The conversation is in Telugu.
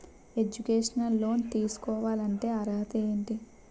ఎడ్యుకేషనల్ లోన్ తీసుకోవాలంటే అర్హత ఏంటి?